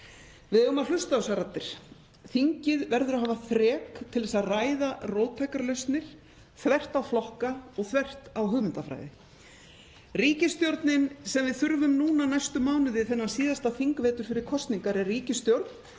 Við eigum að hlusta á þessar raddir. Þingið verður að hafa þrek til að ræða róttækar lausnir, þvert á flokka og þvert á hugmyndafræði. Ríkisstjórnin sem við þurfum núna næstu mánuði þennan síðasta þingvetur fyrir kosningar er ríkisstjórn